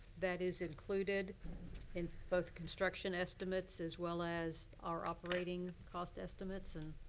that is included in both construction estimates, as well as our operating cost estimates? and